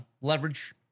leverage